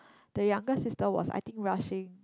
the younger sister was I think rushing